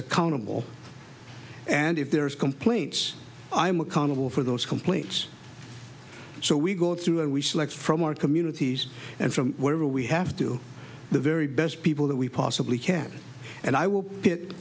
accountable and if there is complaints i am accountable for those complaints so we go through and we select from our communities and from where we have to the very best people that we possibly can and i will hit